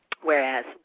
whereas